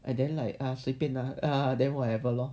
and then like 随便 lah whatever lor